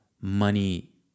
money